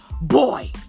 boy